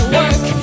work